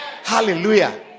Hallelujah